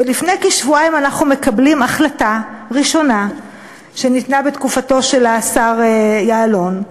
ולפני כשבועיים אנחנו מקבלים החלטה ראשונה שניתנה בתקופתו של השר יעלון,